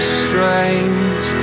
strange